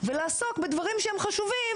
ולעסוק בדברים שהם חשובים,